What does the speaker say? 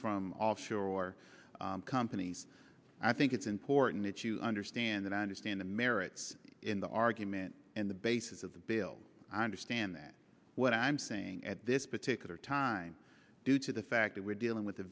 from offshore companies i think it's important that you understand and understand the merits in the argument and the basis of the bill understand what i'm saying at this particular time due to the fact that we're dealing with a